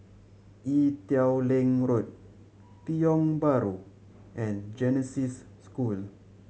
Ee Teow Leng Road Tiong Bahru and Genesis School